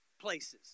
places